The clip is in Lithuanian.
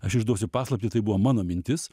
aš išduosiu paslaptį tai buvo mano mintis